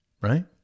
right